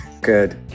Good